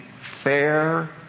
fair